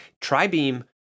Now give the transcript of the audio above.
Tribeam